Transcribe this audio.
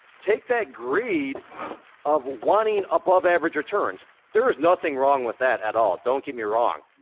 take that greed of wanting above average returns. there's nothing wrong with that at all. don't get me wrong.